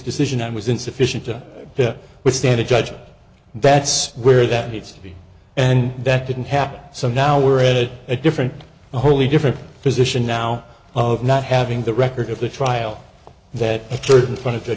decision on was insufficient to withstand a judge that's where that needs to be and that didn't happen so now we're in a different wholly different position now of not having the record of the trial that occurred in front of